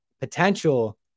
potential